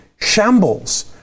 shambles